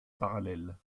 parallèle